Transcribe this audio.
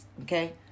Okay